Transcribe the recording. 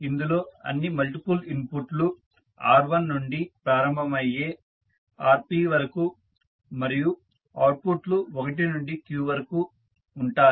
ఇందులో అన్ని మల్టిపుల్ ఇన్పుట్లు r1 నుంచి ప్రారంభం అయ్యి rp వరకు మరియు అవుట్పుట్లు 1 నుండి q వరకు ఉంటాయి